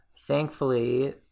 Thankfully